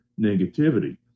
negativity